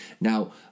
Now